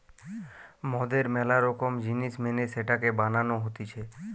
মদের ম্যালা রকম জিনিস মেনে সেটাকে বানানো হতিছে